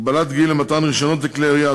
הגבלת גיל למתן רישיונות לכלי ירייה),